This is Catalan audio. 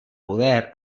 poder